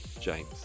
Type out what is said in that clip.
James